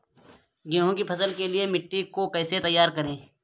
गेहूँ की फसल के लिए मिट्टी को कैसे तैयार करें?